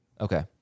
Okay